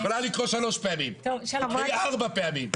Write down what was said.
את יכולה לקרוא שלוש פעמים, תקראי ארבע פעמים.